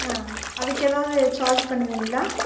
ஆ அதுக்கு ஏதாவது சார்ஜு பண்ணுவிங்களா